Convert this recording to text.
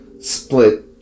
split